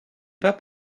pas